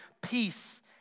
peace